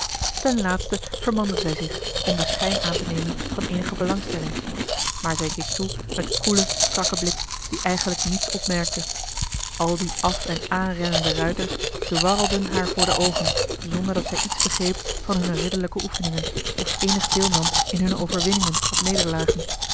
ten laatste vermande zij zich om den schijn aan te nemen van eenige belangstelling maar zij keek toe met koelen strakken blik die eigenlijk niets opmerkte al die af en aanrennende ruiters dwarlden haar voor de oogen zonder dat zij iets begreep van hunne ridderlijke oefeningen of eenig deel nam in hunne overwinningen of nederlagen